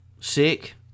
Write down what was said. sick